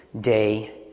day